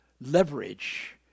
leverage